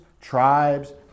tribes